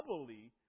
doubly